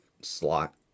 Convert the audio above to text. slot